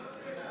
זו לא שאלה,